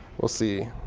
we'll see.